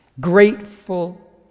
grateful